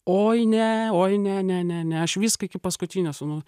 oi ne oi ne ne ne ne aš viską iki paskutinio sunau